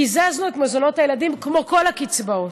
קיזזנו את מזונות הילדים כמו כל הקצבאות.